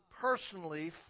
personally